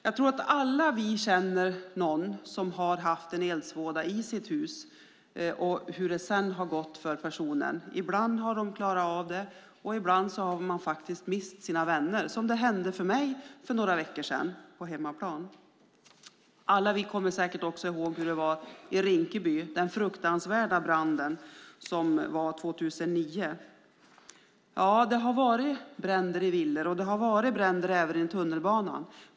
Jag tror att vi alla känner någon som har haft en eldsvåda i sitt hus och vet hur det sedan har gått för den personen. Ibland har de klarat av det, och ibland har man faktiskt mist sina vänner. Detta hände mig för några veckor sedan på hemmaplan. Alla vi kommer säkert också ihåg den fruktansvärda branden i Rinkeby 2009. Det har varit bränder i villor och även i tunnelbanan.